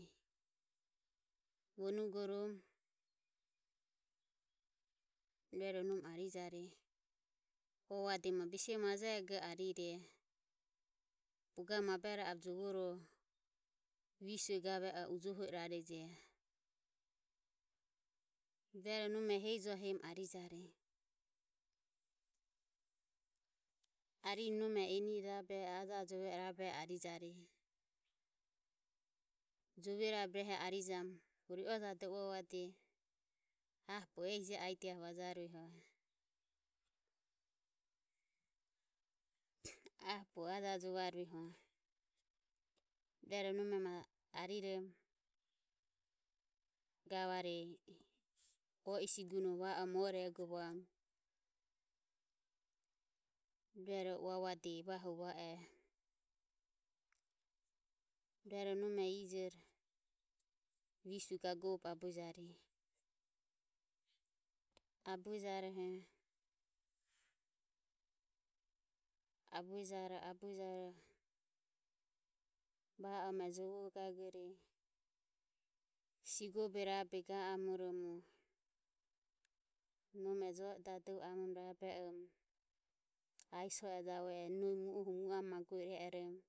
Vonugorom ruero nome arijare uavuade ma bisemu maja ego o arire bogave maburero abo jovore visue gave oho ujoho irarije. Rueroho nome hehi joho heromo arijareje. Arirom nome enire rabe ajajove i rabe i arijareje. Jove rabe rehe e arijamu hu ri ojadoho uavadeje: aho bogo ehije e aidia vajarue hojo. Aho bogo ajajpvarue hojo. rueroho nome ma arirom gavare o i sigunoho va oromo ore egovamu rueroho uavuade evare va ohejo ruero nome ijore visue gagovobe abuejareje. Abuejaroho abuejaro va orom jovo gagore sigobe rabe ga amoromo nome jo e dadovorom rabe e orom aiso e javue ero nohi mu aro mu amagu i e oromo.